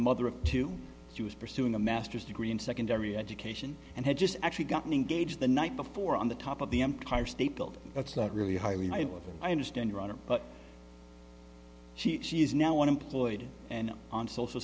mother of two she was pursuing a master's degree in secondary education and had just actually gotten engaged the night before on the top of the empire state building that's not really highlighted with i understand your honor but she she is now employed and on social